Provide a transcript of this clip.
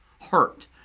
hurt